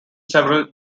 several